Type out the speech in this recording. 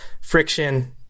friction